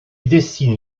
dessine